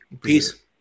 Peace